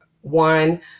one